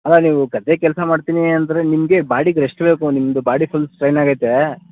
ಅಲ್ಲ ನೀವು ಗದ್ದೆ ಕೆಲಸ ಮಾಡ್ತೀನಿ ಅಂದರೆ ನಿಮಗೆ ಬಾಡಿಗೆ ರೆಸ್ಟ್ ಬೇಕು ನಿಮ್ಮದು ಬಾಡಿ ಫುಲ್ ಸ್ಟ್ರೇನ್ ಆಗೈತೆ